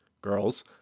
girls